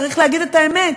צריך להגיד את האמת,